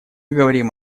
говорим